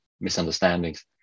misunderstandings